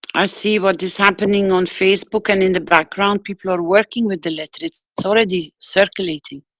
i see what is happening on facebook and in the background. people are working with the letter, it's already circulating.